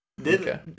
Okay